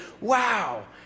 wow